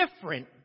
different